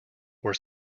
were